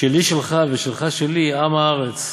שלי שלך ושלך שלי, עם הארץ.